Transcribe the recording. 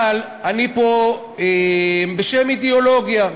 אבל אני פה בשם אידיאולוגיה.